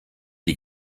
die